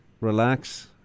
relax